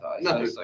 No